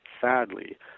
sadly